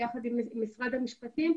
ביחד עם משרד המשפטים,